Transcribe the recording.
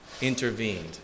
intervened